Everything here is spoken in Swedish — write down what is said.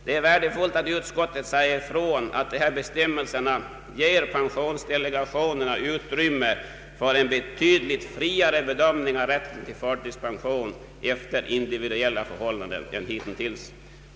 Det är värdefullt att utskottet säger att bestämmelserna ger pensionsdelegationerna utrymme för en betydligt friare bedömning av rätten till förtidspension efter individuella förhållanden.